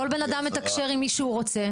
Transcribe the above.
כל בן אדם מתקשר עם מי שהוא רוצה.